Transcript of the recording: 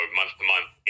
month-to-month